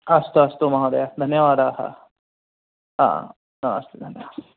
अस्तु अस्तु महोदय धन्यवादाः हा अस्तु धन्यवादः